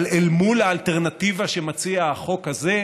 אבל אל מול האלטרנטיבה שמציע החוק הזה,